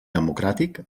democràtic